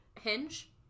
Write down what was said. Hinge